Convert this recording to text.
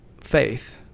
faith